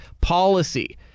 policy